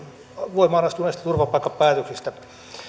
voimaan astuneista turvapaikkapäätöksistä